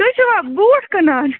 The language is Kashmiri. تُہۍ چھِوا بوٗٹ کٕنان